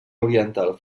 oriental